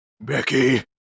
Becky